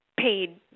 paid